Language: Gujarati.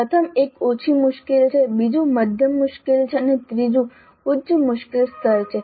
પ્રથમ એક ઓછી મુશ્કેલ છે બીજી મધ્યમ મુશ્કેલ છે અને ત્રીજી ઉચ્ચ મુશ્કેલ સ્તર છે